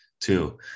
Two